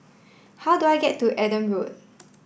how do I get to Adam Road